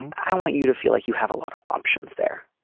and i want you to feel like you have a lot of options there.